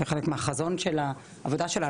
כחלק מהחזון והעבודה שלה,